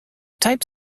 type